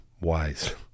wise